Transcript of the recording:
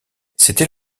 c’était